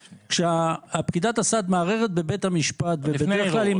כשפקידת הסעד מערערת בבית המשפט והיא